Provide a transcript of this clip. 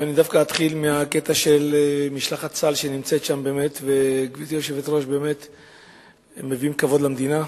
ואני אתחיל ממשלחת צה"ל שנמצאת שם ומביאה כבוד למדינה.